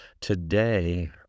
today